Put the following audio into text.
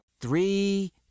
three